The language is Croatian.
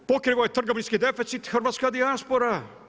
Pokrivao je trgovinski deficit hrvatska dijaspora.